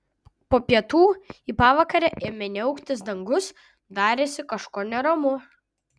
po pietų į pavakarę ėmė niauktis dangus darėsi kažko neramu